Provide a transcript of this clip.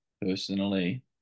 personally